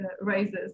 raises